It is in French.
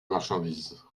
marchandise